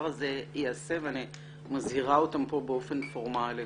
הזה ייעשה ואני מזהירה אותם כאן באופן פורמלי.